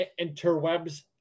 interwebs